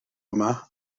yma